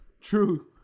True